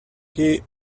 key